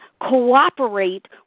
cooperate